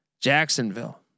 Jacksonville